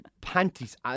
panties